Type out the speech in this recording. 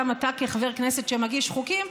גם אתה כחבר כנסת שמגיש חוקים,